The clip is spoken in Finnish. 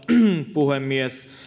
puhemies